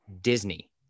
disney